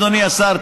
אדוני השר,